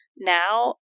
now